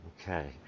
Okay